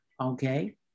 okay